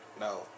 No